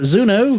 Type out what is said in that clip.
Zuno